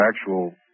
actual